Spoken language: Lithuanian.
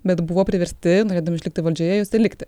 bet buvo priversti norėdami išlikti valdžioje jose likti